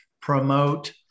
promote